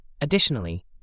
Additionally